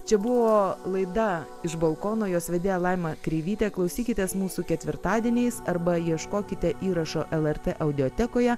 čia buvo laida iš balkono jos vedėja laima kreivytė klausykitės mūsų ketvirtadieniais arba ieškokite įrašo lrt audiotekoje